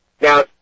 Now